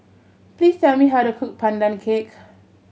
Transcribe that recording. please tell me how to cook Pandan Cake